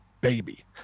baby